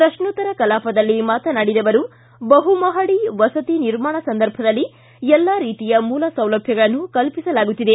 ಪ್ರಶ್ನೋತ್ತರ ಕಲಾಪದಲ್ಲಿ ಮಾತನಾಡಿದ ಅವರು ಬಹುಮಹಡಿ ವಸತಿ ನಿರ್ಮಾಣ ಸಂದರ್ಭದಲ್ಲಿ ಎಲ್ಲಾ ರೀತಿಯ ಮೂಲಸೌಲಭ್ಯಗಳನ್ನು ಕಲ್ಪಿಸಲಾಗುತ್ತಿದೆ